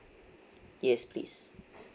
yes please